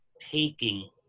taking